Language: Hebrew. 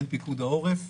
אין פיקוד העורף.